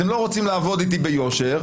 אתם לא רוצים לעבוד איתי ביושר?